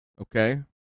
Okay